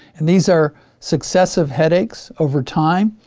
and these are successive headaches over time,